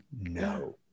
No